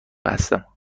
هستم